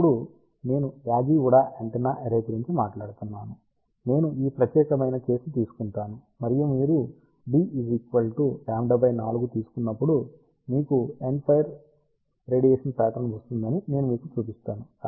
ఎప్పుడు నేను Yagi Uda antenna array గురించి మాట్లాడుతున్నాను నేను ఈ ప్రత్యేక కేసును తీసుకుంటాను మరియు మీరు d λ4 తీసుకున్నప్పుడు మీకు ఎండ్ఫైర్ రేడియేషన్ ప్యాట్రన్ వస్తుందని నేను మీకు చూపిస్తాను